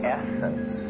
essence